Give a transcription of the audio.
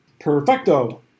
Perfecto